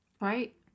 Right